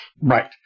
Right